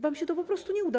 Wam się to po prostu nie uda.